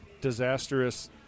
disastrous